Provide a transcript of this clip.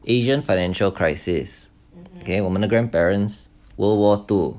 asian financial crisis okay 我们的 grandparents world war two